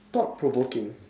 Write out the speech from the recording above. thought provoking